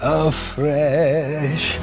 afresh